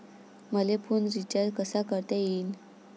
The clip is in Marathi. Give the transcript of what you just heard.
मले फोन रिचार्ज कसा करता येईन?